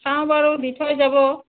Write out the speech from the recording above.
চাও বাৰু দি থৈ যাব